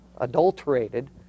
adulterated